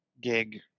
gig